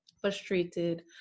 frustrated